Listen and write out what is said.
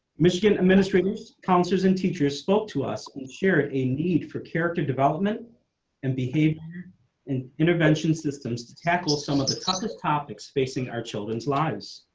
michigan administrators counselors and teachers spoke to us and share a need for character development and behave and intervention systems to tackle some of the toughest topics facing our children's lives.